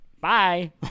bye